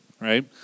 Right